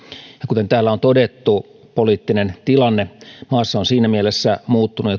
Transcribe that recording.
kuten täällä on todettu poliittinen tilanne ja turvallisuustilanne maassa ovat siinä mielessä muuttuneet